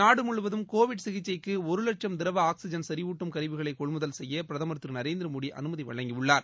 நாடு முழுவதும் கோவிட் சிகிச்சைக்கு ஒரு வட்சம் திரவ ஆக்ஸிஜன் செறிவூட்டும் கருவிகளை கொள்முதல் செய்ய பிரதமர் திரு நரேந்திர மோடி அனுமதி வழங்கியுள்ளார்